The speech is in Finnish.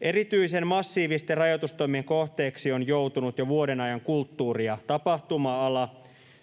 Erityisen massiivisten rajoitustoimien kohteeksi on joutunut jo vuoden ajan kulttuuri- ja tapahtuma-ala.